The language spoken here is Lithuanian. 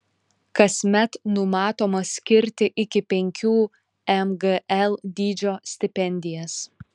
kasmet numatoma skirti iki penkių mgl dydžio stipendijas